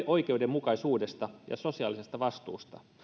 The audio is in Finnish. oikeudenmukaisuudesta ja sosiaalisesta vastuusta